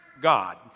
God